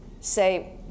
say